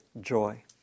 joy